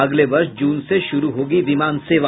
अगले वर्ष जून से शुरू होगी विमान सेवा